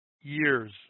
years